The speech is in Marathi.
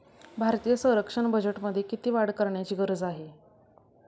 भारतीय संरक्षण बजेटमध्ये किती वाढ करण्याची गरज आहे?